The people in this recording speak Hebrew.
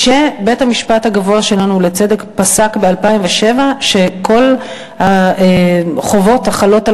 וזה כשבית-המשפט הגבוה שלנו לצדק פסק ב-2007 שכל החובות החלות על